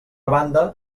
banda